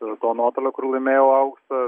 ir to nuotolio kur laimėjau auksą